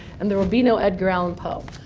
and there will be no edgar allan poe.